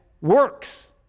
works